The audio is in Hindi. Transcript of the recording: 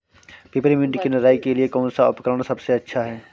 पिपरमिंट की निराई के लिए कौन सा उपकरण सबसे अच्छा है?